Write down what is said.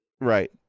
Right